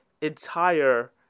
entire